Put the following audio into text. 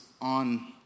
on